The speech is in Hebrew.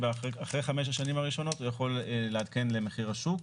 ואחרי החמש שנים הראשונות הוא יכול לעדכן למחיר השוק.